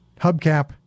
Hubcap